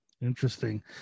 Interesting